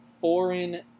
foreign